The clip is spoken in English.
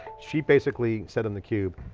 she basically said on the cube,